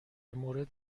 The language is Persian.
مورد